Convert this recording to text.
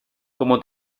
como